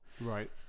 Right